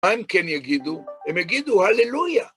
מה הם כן יגידו? הם יגידו הללויה.